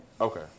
Okay